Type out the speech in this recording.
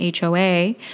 HOA